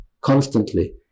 constantly